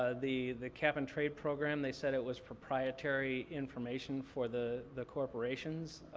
ah the the cap-and-trade program, they said it was proprietary information for the the corporations,